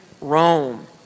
Rome